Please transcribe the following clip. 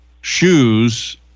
shoes